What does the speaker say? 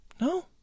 No